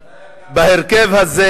מתי אתה, בהרכב הזה,